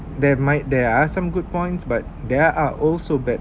there might there are some good points but there are also bad